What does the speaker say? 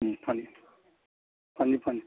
ꯎꯝ ꯐꯅꯤ ꯐꯅꯤ ꯐꯅꯤ